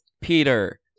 Peter